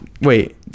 wait